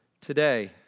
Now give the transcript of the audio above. today